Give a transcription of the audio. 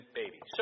baby